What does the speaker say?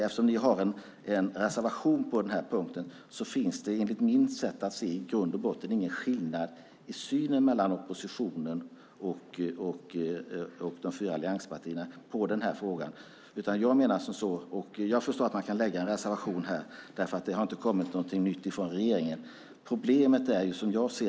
Eftersom ni har en reservation på den här punkten finns det enligt mitt sätt att se i grund och botten ingen skillnad i synen mellan oppositionen och de fyra allianspartierna i den här frågan. Jag förstår att man här kan lägga fram en reservation eftersom det inte har kommit något nytt från regeringen.